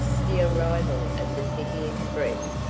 the arrival of the city express,